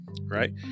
right